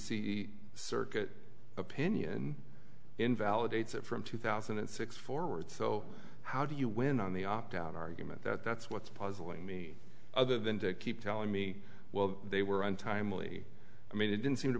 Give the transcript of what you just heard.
c circuit opinion invalidates it from two thousand and six forward so how do you win on the opt out argument that's what's puzzling me other than to keep telling me well they were untimely i mean it didn't seem to